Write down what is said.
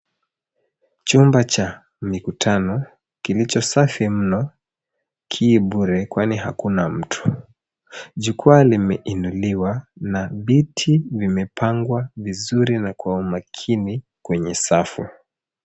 Chumba cha mikutano kilicho safi mno kii bure kwani hakuna mtu. Jukwaa limeinuliwa na viti vimepangwa vizuri na kwa umakini kwenye safu.